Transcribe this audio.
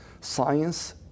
science